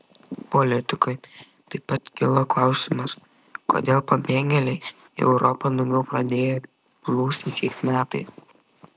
politikui taip pat kilo klausimas kodėl pabėgėliai į europą daugiau pradėjo plūsti šiais metais